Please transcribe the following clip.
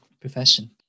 profession